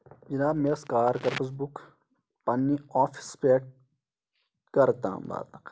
جِناب مےٚ ٲسۍ کار کٔرمٕژ بُک پَنٕنہِ آفِس پٮ۪ٹھ گرٕ تام واتنہٕ خٲطرٕ